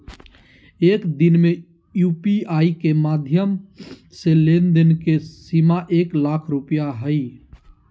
एक दिन में यू.पी.आई माध्यम से लेन देन के सीमा एक लाख रुपया हय